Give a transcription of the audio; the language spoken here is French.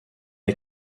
est